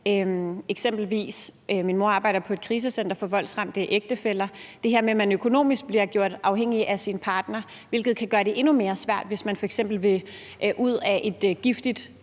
Eksempelvis arbejder min mor på et krisecenter for voldsramte ægtefæller, og det her med, at man bliver gjort økonomisk afhængig af sin partner, kan gøre det endnu mere svært, hvis man f.eks. vil ud af et giftigt